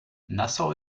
nassau